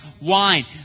wine